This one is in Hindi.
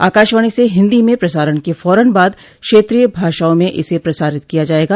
आकाशवाणी से हिन्दी में प्रसारण के फौरन बाद क्षेत्रीय भाषाओं में इसे प्रसारित किया जायेगा